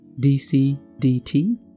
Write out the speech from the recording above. DCDT